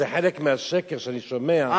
זה חלק מהשקר שאני שומע,